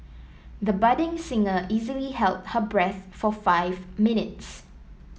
the budding singer easily held her breath for five minutes